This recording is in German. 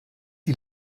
die